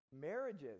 Marriages